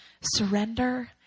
surrender